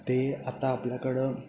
ते आता आपल्याकडं